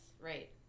right